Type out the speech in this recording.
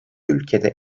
ülkede